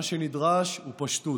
מה שנדרש הוא פשטות,